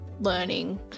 learning